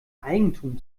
eigentum